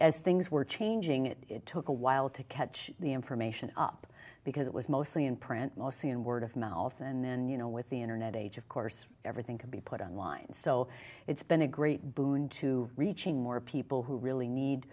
as things were changing it took a while to catch the information up because it was mostly in print mostly and word of mouth and then you know with the internet age of course everything could be put on line so it's been a great boon to reaching more people who really need